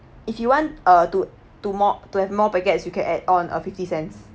if you want uh to to more to have more packets you can add on a fifty cents